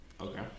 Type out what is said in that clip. Okay